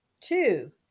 Two